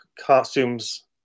costumes